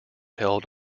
held